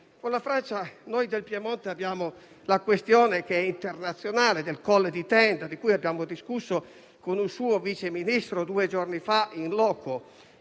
Con la Francia noi del Piemonte abbiamo una questione internazionale, quella del Colle di Tenda, di cui abbiamo discusso con un suo Vice Ministro due giorni fa *in loco*.